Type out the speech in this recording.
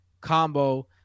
combo